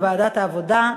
לוועדת העבודה,